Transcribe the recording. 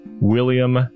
william